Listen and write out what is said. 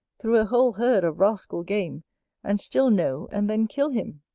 through a whole herd of rascal game and still know and then kill him!